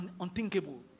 unthinkable